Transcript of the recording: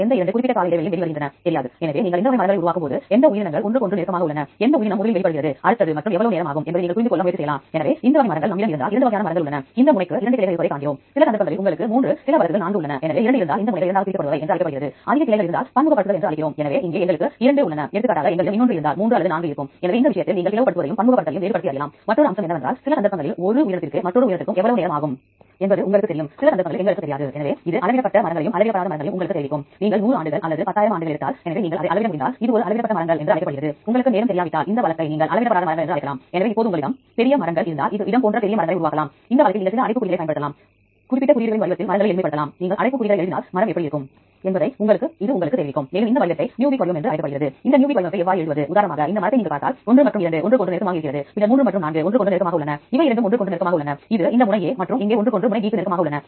பிறகு தேடல் விருப்பத்தைப் பொறுத்த வரை நீங்கள் முக்கிய வார்த்தைகளை பயன்படுத்தி அந்த முக்கிய வார்த்தைகளை எழுதியும் தேடலாம் எடுத்துக்காட்டாக மையோக்ளோபின் அதன் வரிசை விவரங்களை இங்கே பெறலாம் பிறகு உங்கள் தேடலை வடிகட்ட விரும்பினால் அதை இங்கிருந்து செய்யலாம் எடுத்துக்காட்டாக மதிப்பாய்வு செய்யப்பட்ட உள்ளீடுகளை மட்டுமே நீங்கள் சரி பார்க்க விரும்புகிறீர்கள் என்றால் இங்கே நீங்கள் கிளிக் செய்யலாம் நீங்கள் மதிப்பாய்வு செய்யப்பட்ட உள்ளீடுகளை பெறுவீர்கள் நீங்கள் இதை மேலும் செம்மைப் படுத்தலாம் எடுத்துக்காட்டாக உங்களுக்கு மனிதர் அல்லது எலியிடம் மட்டும் பெற வேண்டுமென்றால் நீங்கள் இங்கே எங்கேயாவது கிளிக் செய்யலாம் அல்லது நூறு சதவிகிதம் வரிசை சீரமைப்பு அல்லது 90 சதவிகிதம் அல்லது 50 சதவிகிதம் அடிப்படையில் உங்கள் கிளஸ்டர் டேட்டாவை செய்ய விரும்பினால் நீங்கள் அதை இங்கிருந்து செய்ய முடியும்